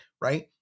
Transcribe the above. Right